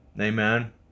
Amen